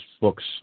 books